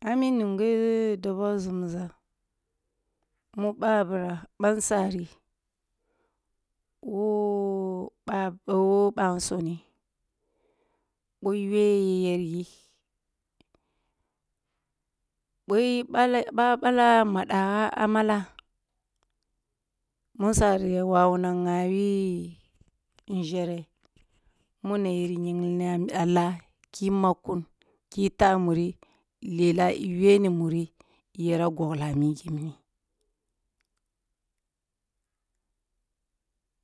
A mi nungeh doboh zumza, mu babura, bansari who bansoneh, boh yuwe yeryi boh ye bala bah bala mada a mala munsari ya wawuna ngabi nzere munayiri nyiglini a lah ki makkun, ki ta muri, lela i yuwe ni muri year goglah a migi mini,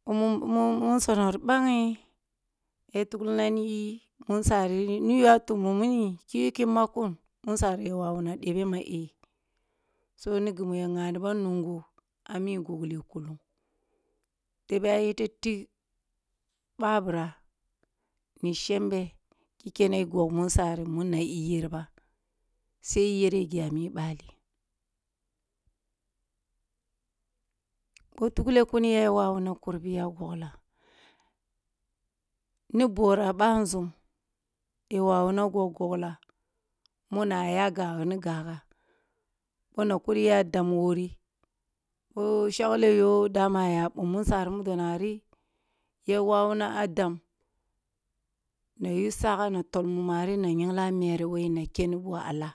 boh bannsonoh ri bange ya tuglina niyi munsari niyo a tum mummuni kiyu ki makkun munsari ya wawu debeh ma eh so ni gumu ya nghanibam nungo a mi gogleh kullung, tebeh ayete tig babura mu shembe ki kya ki kene gog munsari muna iyerba sai iyereh geh a mi bali, boh tugleh kuniya ya wawuna kurbiya goglah ni bora banzum yi wawuna goglah muna aya ga wuni gaga oh na kuniya dom wori o shagleh yoh dama aya bom munsari mu donari yawuna a dam na yu sage na tol mun ma ri na nyimgla mere who yin a kyeni boh ah lah.